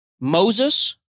Moses